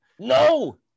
No